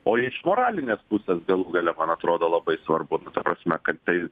o iš moralinės pusės galų gale man atrodo labai svarbu ta prasme kad tai